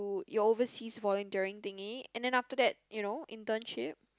you your overseas voluntary thingy and then after that you know internship